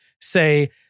say